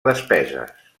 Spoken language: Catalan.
despeses